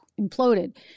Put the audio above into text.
imploded